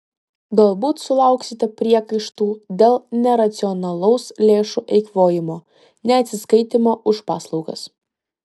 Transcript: galbūt sulauksite priekaištų dėl neracionalaus lėšų eikvojimo neatsiskaitymo už paslaugas